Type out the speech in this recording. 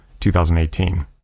2018